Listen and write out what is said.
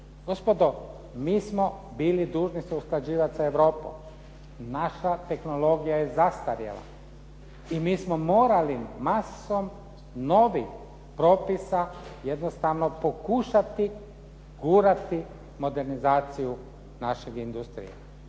Gospodo, mi smo bili dužni se usklađivati sa Europom. Naša tehnologija je zastarjela i mi smo morali masom novih propisa jednostavno pokušati gurati modernizaciju naše industrije.